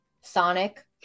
Sonic